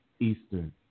Eastern